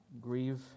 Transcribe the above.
grieve